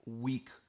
week